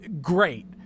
great